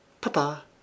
Papa